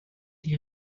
die